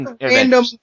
Random